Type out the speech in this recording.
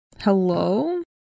Hello